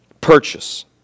purchase